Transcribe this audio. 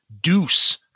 deuce